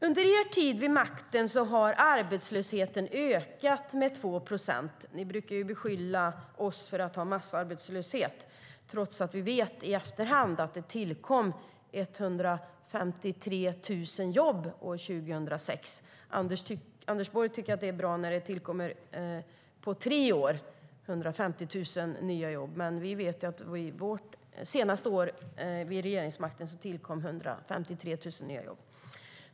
Under er tid vid makten, Anders Borg, har arbetslösheten ökat med 2 procent. Ni brukar ju beskylla oss för att det under vår tid var massarbetslöshet, trots att vi i efterhand vet att det tillkom 153 000 jobb år 2006. Anders Borg tycker att det är bra när 150 000 nya jobb tillkommer på tre år, men under det senaste året som vi hade regeringsmakten tillkom 153 000 nya jobb.